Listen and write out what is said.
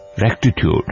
rectitude